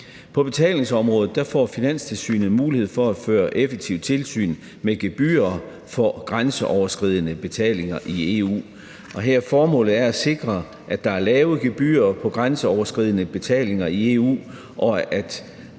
På betalingsområdet får Finanstilsynet mulighed for at føre effektivt tilsyn med gebyrer for grænseoverskridende betalinger i EU. Her er formålet at sikre, at der er lave gebyrer på grænseoverskridende betalinger i EU,